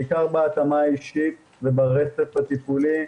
בעיקר בהתאמה האישית וברצף הטיפולי,